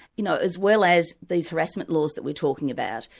you know, as well as these harassment laws that we're talking about,